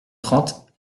trente